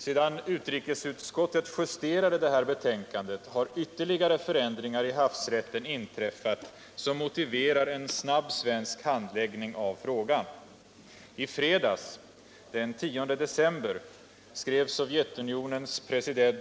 Sedan utrikesutskottet justerade betänkandet har ytterligare förändringar i havsrätten inträffat som motiverar en snabb svensk handläggning av frågan. I fredags den 10 december skrev Sovjetunionens president